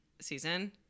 season